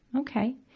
okay.